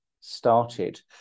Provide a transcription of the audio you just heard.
started